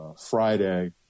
Friday